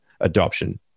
adoption